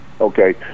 Okay